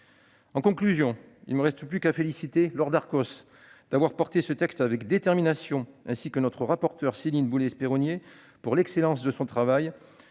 En conclusion, il ne me reste plus qu'à féliciter Laure Darcos d'avoir porté ce texte avec détermination ainsi que notre rapporteure, Céline Boulay-Espéronnier, pour l'excellence de son travail,